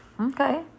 Okay